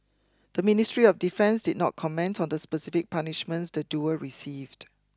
the Ministry of Defence did not comment on the specific punishments the duo received